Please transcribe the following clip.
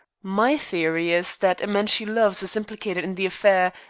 my theory is that a man she loves is implicated in the affair,